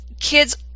kids